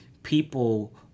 People